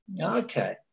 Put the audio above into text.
Okay